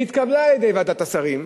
והתקבלה על-ידי ועדת השרים,